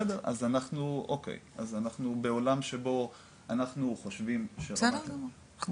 בסדר אוקי, אז אנחנו בעולם שבו אנחנו חושבים שרמת